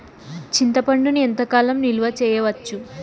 చింతపండును ఎంత కాలం నిలువ చేయవచ్చు?